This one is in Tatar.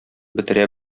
бетерә